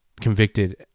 convicted